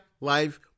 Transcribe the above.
life